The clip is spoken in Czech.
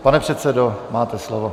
Pane předsedo, máte slovo.